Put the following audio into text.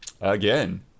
Again